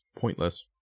pointless